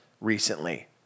recently